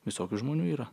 visokių žmonių yra